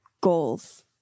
Goals